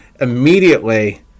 immediately